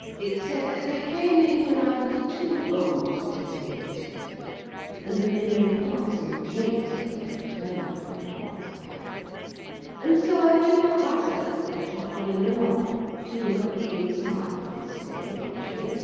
except that they came in when i was too old to take to them and that they made ducks and drakes of a few turnpike-bonds i had and so i went up myself, with trottle in the rumble, to look at the inside of this same lodging,